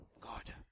God